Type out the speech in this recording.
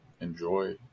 enjoy